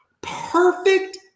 perfect